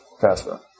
faster